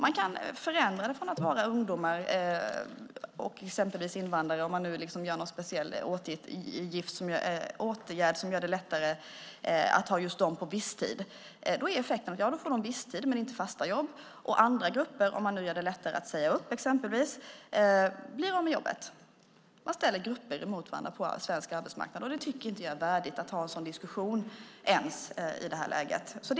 Man kan förändra det från att vara ungdomar och exempelvis invandrare om man vidtar någon speciell åtgärd som gör det lättare att ha just dem på visstid. Då är effekten att de får visstid, men inte fasta jobb, och andra grupper - om man nu gör det lättare att säga upp exempelvis - blir av med jobbet. Man ställer grupper emot varandra på svensk arbetsmarknad. Jag tycker inte att det är värdigt att ens ha en sådan diskussion i det här läget.